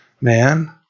man